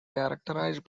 characterized